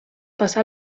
passà